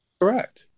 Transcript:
Correct